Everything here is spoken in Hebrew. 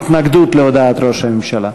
התנגדות להודעת ראש הממשלה.